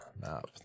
map